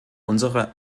unsere